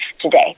today